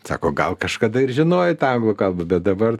sako gal kažkada ir žinojai tą anglų kalbą bet dabar